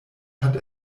hat